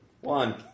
One